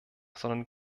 sondern